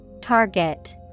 Target